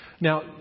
Now